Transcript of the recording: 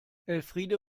elfriede